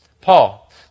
Paul